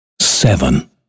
seven